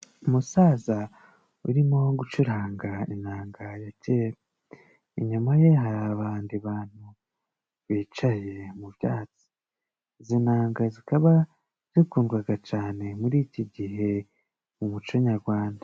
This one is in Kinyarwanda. Umusaza urimo gucuranga inanga ya kera. Inyuma ye hari abandi bantu bicaye mu byatsi. Izi nanga zikaba zikundwaga cane muri iki gihe mu muco nyarwanda.